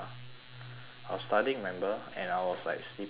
I was studying remember and I was like sleeping after training